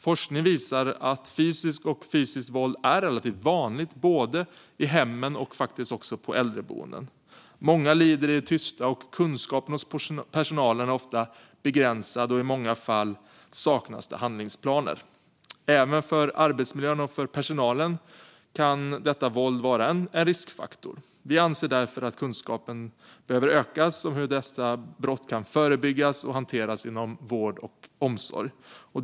Forskning visar att fysiskt och psykiskt våld är relativt vanligt i hemmen och faktiskt också på äldreboenden. Många lider i det tysta. Kunskapen hos personalen är ofta begränsad, och i många fall saknas det handlingsplaner. Även för arbetsmiljön och för personalen kan detta våld vara en riskfaktor. Vi anser därför att kunskapen behöver öka om hur dessa brott kan förebyggas och hanteras inom vård och omsorg.